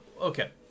Okay